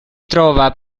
trova